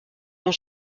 onze